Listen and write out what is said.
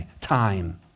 time